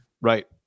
right